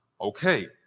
Okay